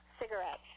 cigarettes